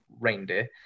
reindeer